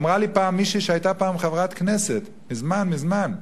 אמרה לי פעם מישהי שהיתה חברת כנסת, מזמן מזמן,